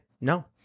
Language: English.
no